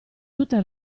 tutte